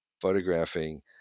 photographing